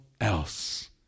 else